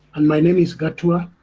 and my name is gatua.